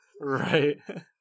right